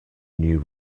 new